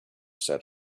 set